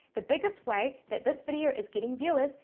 the biggest way that this video is getting viewers,